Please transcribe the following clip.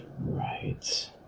right